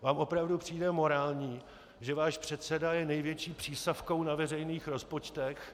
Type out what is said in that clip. Vám opravdu přijde morální, že váš předseda je největší přísavkou na veřejných rozpočtech?